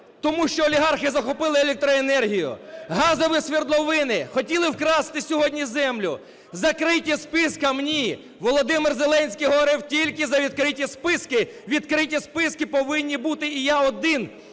тому що олігархи захопили електроенергію, газові свердловини, хотіли вкрасти сьогодні землю. Закритим спискам - ні. Володимир Зеленський говорив тільки за відкриті списки. Відкриті списки повинні бути. І я один